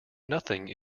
nothing